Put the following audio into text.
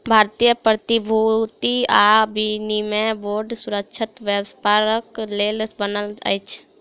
भारतीय प्रतिभूति आ विनिमय बोर्ड सुरक्षित व्यापारक लेल बनल अछि